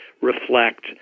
reflect